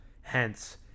Hence